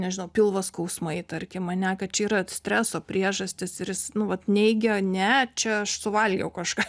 nežinau pilvo skausmai tarkim ane kad čia yra streso priežastys ir jis nu vat neigia ne čia aš suvalgiau kažką